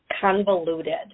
convoluted